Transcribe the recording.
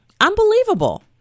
Unbelievable